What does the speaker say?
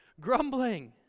grumbling